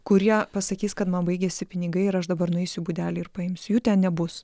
kurie pasakys kad man baigėsi pinigai ir aš dabar nueisiu į būdelę ir paimsiu jų ten nebus